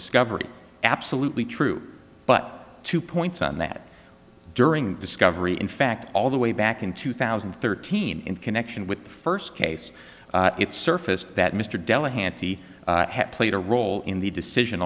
discovery absolutely true but two points on that during discovery in fact all the way back in two thousand and thirteen in connection with the first case its surface that mr della hannity had played a role in the decision